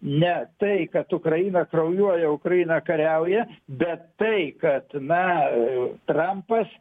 ne tai kad ukraina kraujuoja ukraina kariauja bet tai kad na trampas